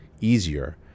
easier